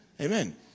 amen